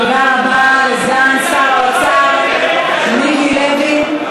תודה רבה לסגן שר האוצר מיקי לוי.